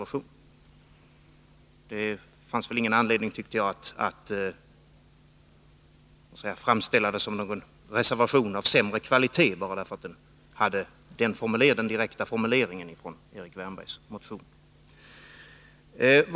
Jag tycker därför att det inte fanns någon anledning att framställa reservationen som varande av sämre kvalitet, bara därför att den innehöll formuleringar direkt från Erik Wärnbergs motion.